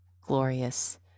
glorious